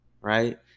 right